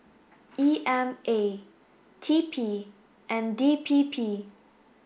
E M A T P and D P P